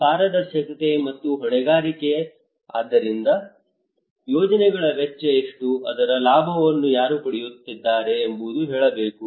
ಪಾರದರ್ಶಕತೆ ಮತ್ತು ಹೊಣೆಗಾರಿಕೆ ಅದರಂತೆ ಯೋಜನೆಗಳ ವೆಚ್ಚ ಎಷ್ಟು ಅದರ ಲಾಭವನ್ನು ಯಾರು ಪಡೆಯುತ್ತಿದ್ದಾರೆ ಎಂಬುದು ಹೇಳಬೇಕು